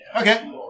Okay